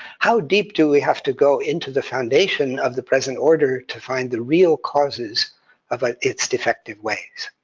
how deep do we have to go into the foundation of the present order to find the real causes of its defective ways?